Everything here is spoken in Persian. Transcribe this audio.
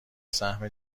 سهم